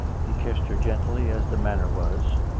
he kissed her gently, as the manner was,